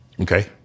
okay